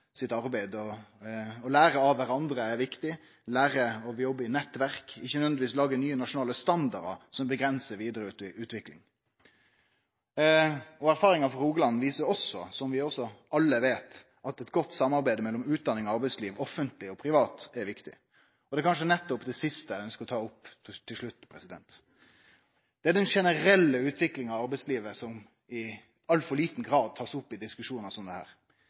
sitt arbeid. Å lære av kvarandre er viktig, å lære å jobbe i nettverk, ikkje nødvendigvis lage nye nasjonale standardar som bremsar vidare utvikling. Erfaringa frå Rogaland viser også, som vi alle veit, at eit godt samarbeid mellom utdanning og arbeidsliv, offentleg og privat, er viktig. Det er kanskje nettopp det siste eg ønskjer å ta opp til slutt. Det er den generelle utviklinga av arbeidslivet som i altfor liten grad blir tatt opp i diskusjonar som dette. Dei unge er ikkje idiotar. Dei følgjer med. I det